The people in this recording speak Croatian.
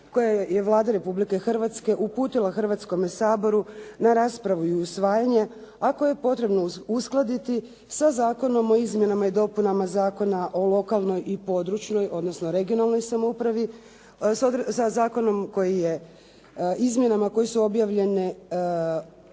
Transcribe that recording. koji je Vlada Republike Hrvatske uputila Hrvatskome saboru na raspravu i usvajanje, a koje je potrebno uskladiti sa zakonom o izmjenama i dopunama Zakona o lokalnoj i područnoj, odnosno regionalnoj samoupravi sa izmjenama koje su objavljenje donijete